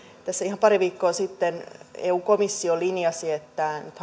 tässä ihan pari viikkoa sitten eu komissio linjasi että nyt